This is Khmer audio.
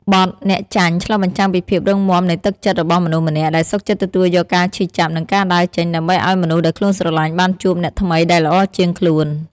បទ "អ្នកចាញ់" ឆ្លុះបញ្ចាំងពីភាពរឹងមាំនៃទឹកចិត្តរបស់មនុស្សម្នាក់ ដែលសុខចិត្តទទួលយកការឈឺចាប់ និងការដើរចេញ ដើម្បីឱ្យមនុស្សដែលខ្លួនស្រឡាញ់បានជួបអ្នកថ្មីដែលល្អជាងខ្លួន។